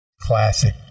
classic